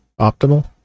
optimal